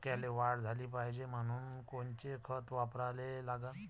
मक्याले वाढ झाली पाहिजे म्हनून कोनचे खतं वापराले लागन?